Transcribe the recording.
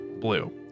BLUE